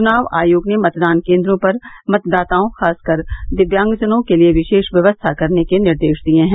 चुनाव आयोग ने मतदान केन्द्रों पर मतदाताओं खासकर दिव्यांगजनों के लिये विशेष व्यवस्था करने के निर्देश दिये हैं